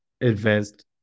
advanced